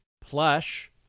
Plush